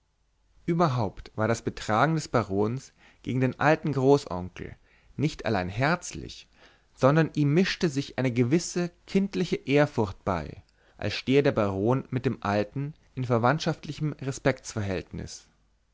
überhaupt war das betragen des barons gegen den alten großonkel nicht allein herzlich sondern ihm mischte sich eine gewisse kindliche ehrfurcht bei als stehe der baron mit dem alten in verwandtschaftlichem